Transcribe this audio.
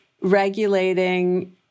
regulating